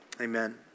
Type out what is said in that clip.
Amen